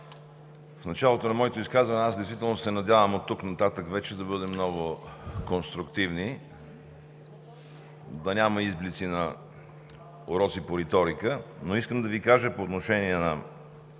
В началото на моето изказване действително се надявам оттук нататък вече да бъдем много конструктивни, да няма изблици на уроци по риторика. Но искам да Ви кажа по отношение на